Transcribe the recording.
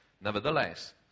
Nevertheless